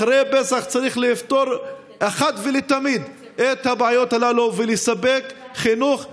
אחרי פסח צריך לפתור אחת ולתמיד את הבעיות הללו ולספק חינוך שווה,